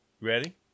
Ready